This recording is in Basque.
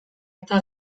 eta